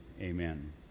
amen